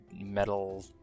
metal